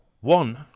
one